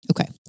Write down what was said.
Okay